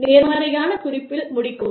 நேர்மறையான குறிப்பில் முடிக்கவும்